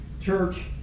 Church